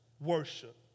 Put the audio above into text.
worship